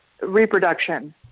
reproduction